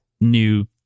new